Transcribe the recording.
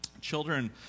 children